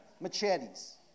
machetes